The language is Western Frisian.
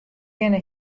kinne